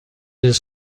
his